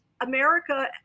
America